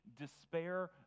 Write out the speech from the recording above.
despair